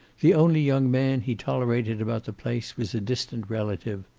the only young man he tolerated about the place was a distant relative.